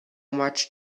much